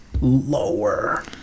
Lower